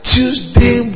Tuesday